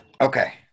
Okay